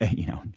you know,